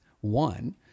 One